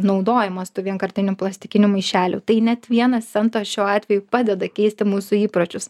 naudojimas tų vienkartinių plastikinių maišelių tai net vienas centas šiuo atveju padeda keisti mūsų įpročius